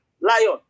lion